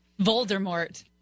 Voldemort